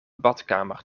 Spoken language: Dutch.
badkamer